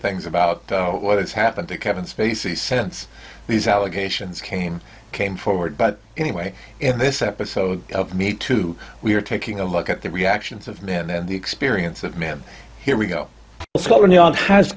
things about what has happened to kevin spacey sense these allegations came came forward but anyway in this episode me too we are taking a look at the reactions of men and the experience of man here we go